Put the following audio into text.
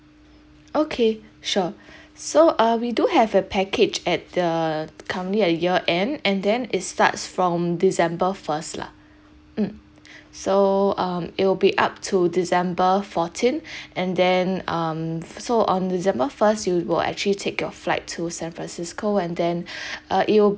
okay sure so uh we do have a package at the coming at year end and then is starts from december first lah mm so um it will be up to december fourteen and then um so on december first you will actually take your flight to san francisco and then uh it will